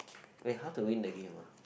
wait how do win the game ah